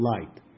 light